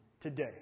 today